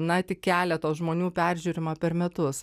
na tik keleto žmonių peržiūrima per metus